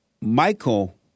Michael